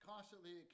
constantly